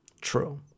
True